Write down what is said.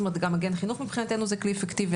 זאת אומרת גם מגן חינוך מבחינתנו זה כלי אפקטיבי.